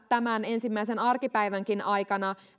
tämän ensimmäisen arkipäivänkin aikana